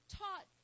taught